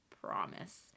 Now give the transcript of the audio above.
promise